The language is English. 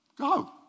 go